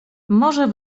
morze